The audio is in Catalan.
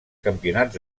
campionats